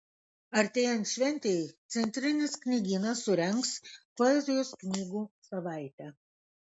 artėjant šventei centrinis knygynas surengs poezijos knygų savaitę